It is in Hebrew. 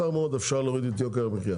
להוריד את יוקר המחיה